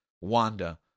Wanda